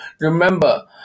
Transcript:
Remember